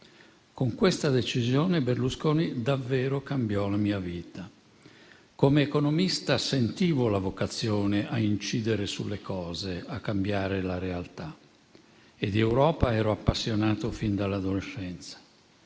Con questa decisione, Berlusconi davvero cambiò la mia vita. Come economista, sentivo la vocazione a incidere sulle cose, a cambiare la realtà, e di Europa ero appassionato fin dall'adolescenza,